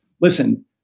listen